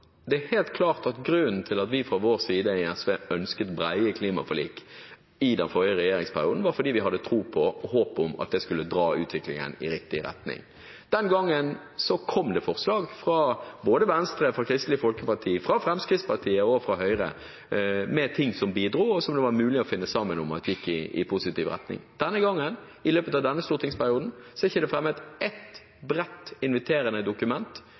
det er helt klart at grunnen til at vi fra vår side i SV ønsket brede klimaforlik i den forrige regjeringsperioden, var at vi hadde tro på og håp om at det skulle dra utviklingen i riktig retning. Den gangen kom det forslag fra både Venstre, Kristelig Folkeparti, Fremskrittspartiet og Høyre med ting som bidro, og som det var mulig å finne sammen om at gikk i positiv retning. Denne gangen, i løpet av denne stortingsperioden, er det ikke fremmet ett bredt, inviterende dokument